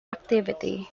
activity